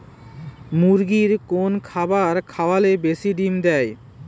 মুরগির কোন খাবার খাওয়ালে বেশি ডিম দেবে?